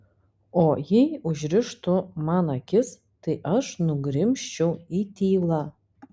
o jei užrištų man akis tai aš nugrimzčiau į tylą